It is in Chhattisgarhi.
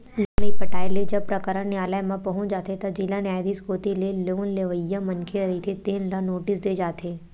लोन नइ पटाए ले जब प्रकरन नियालय म पहुंच जाथे त जिला न्यायधीस कोती ले लोन लेवइया मनखे रहिथे तेन ल नोटिस दे जाथे